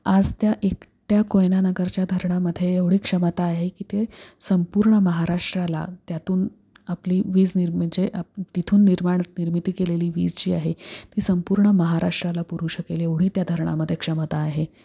आज त्या एकट्या कोयनानगरच्या धरणामध्ये एवढी क्षमता आहे की ते संपूर्ण महाराष्ट्राला त्यातून आपली वीजनिर्म म्हणजे आपण तिथून निर्माण निर्मिती केलेली वीज जी आहे ती संपूर्ण महाराष्ट्राला पुरू शकेल एवढी त्या धरणामध्ये क्षमता आहे